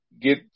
get